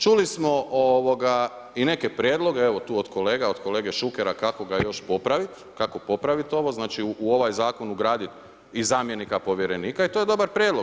Čuli smo i neke prijedloge evo tu od kolega, od kolege Šukera kako ga još popraviti, kako popraviti ovo znači u ovaj zakon ugraditi i zamjenika povjerenika i to je dobar prijedlog.